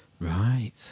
Right